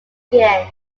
again